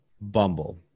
Bumble